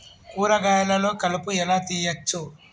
కూరగాయలలో కలుపు ఎలా తీయచ్చు?